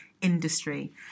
industry